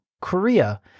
Korea